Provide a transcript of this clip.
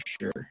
sure